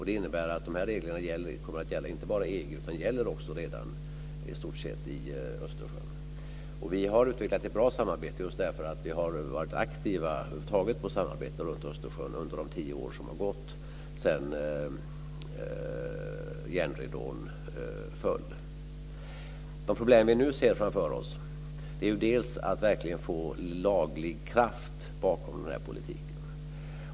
Det innebär att dessa regler kommer att gälla, inte bara i EU utan de gäller redan i stort sett i länderna kring Östersjön. Vi har utvecklat ett bra samarbete just därför att vi har varit aktiva under de 10 år som har gått sedan järnridån föll. De problem som vi nu ser framför oss är att verkligen få laglig kraft bakom den här politiken.